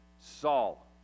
Saul